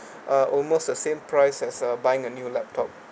uh almost the same price as uh buying a new laptop